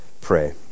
pray